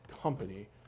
company